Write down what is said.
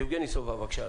יבגני סובה, בבקשה אדוני.